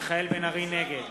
(קורא בשמות חברי הכנסת) מיכאל בן-ארי, נגד